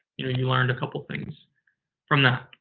you know, you learned a couple things from that.